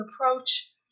approach